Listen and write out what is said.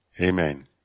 Amen